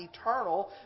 eternal